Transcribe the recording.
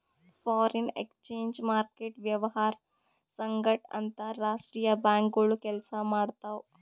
foreign exchange market ವ್ಯವಹಾರ್ ಸಂಗಟ್ ಅಂತರ್ ರಾಷ್ತ್ರೀಯ ಬ್ಯಾಂಕ್ಗೋಳು ಕೆಲ್ಸ ಮಾಡ್ತಾವ್